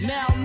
Now